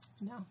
No